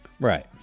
right